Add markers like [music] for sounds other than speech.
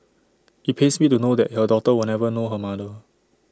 IT pains me to know that her daughter [noise] will never know her mother